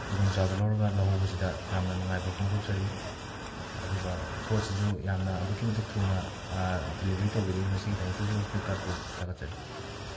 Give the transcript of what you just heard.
ꯈꯨꯗꯣꯡꯆꯥꯕ ꯂꯧꯔꯒ ꯂꯧꯍꯧꯕꯁꯤꯗ ꯌꯥꯝꯅ ꯅꯨꯡꯉꯥꯏꯕ ꯐꯣꯡꯗꯣꯛꯆꯔꯤ ꯑꯗꯨꯒ ꯄꯣꯠꯁꯤꯁꯨ ꯌꯥꯝꯅ ꯑꯗꯨꯛꯀꯤ ꯃꯇꯤꯛ ꯊꯨꯅ ꯗꯤꯂꯤꯕꯔꯤ ꯇꯧꯕꯤꯔꯛꯏ ꯃꯁꯤꯒꯤꯗꯃꯛꯇꯁꯨ ꯐ꯭ꯂꯤꯞꯀꯥꯔꯠꯄꯨ ꯊꯥꯒꯠꯆꯔꯤ